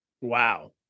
Wow